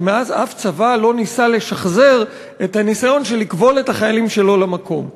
כי מאז אף צבא לא ניסה לשחזר את הניסיון של לכבול את החיילים שלו למקום.